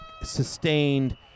sustained